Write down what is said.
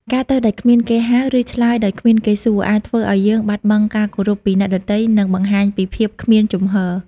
ការទៅដោយគ្មានគេហៅ ឬឆ្លើយដោយគ្មានគេសួរ អាចធ្វើឲ្យយើងបាត់បង់ការគោរពពីអ្នកដទៃ និងបង្ហាញពីភាពគ្មានជំហរ។